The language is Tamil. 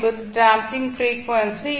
என்பது டேம்ப்பிங் பிரீஃவென்சி